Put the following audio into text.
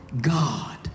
God